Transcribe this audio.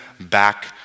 back